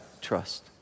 Trust